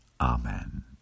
Amen